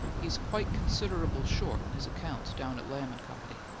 he's quite considerable short in his accounts down at lamb and company.